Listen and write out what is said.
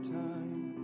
time